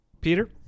Peter